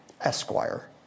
Esquire